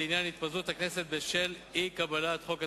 לעניין התפזרות הכנסת בשל אי-קבלת חוק התקציב.